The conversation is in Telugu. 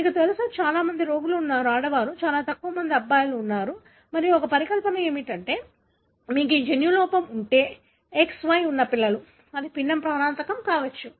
మీకు తెలుసా చాలా మంది రోగులు ఉన్నారు ఆడవారు చాలా తక్కువ మంది అబ్బాయిలు మరియు ఒక పరికల్పన ఏమిటంటే మీకు ఈ జన్యు లోపం ఉంటే XY ఉన్న పిల్లలు అది పిండ ప్రాణాంతకం కావచ్చు